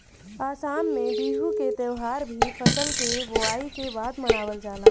आसाम में बिहू के त्यौहार भी फसल के बोआई के बाद मनावल जाला